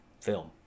film